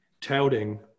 touting